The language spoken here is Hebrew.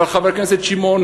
אבל, חבר הכנסת שמעון